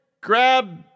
grab